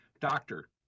doctor